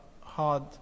hard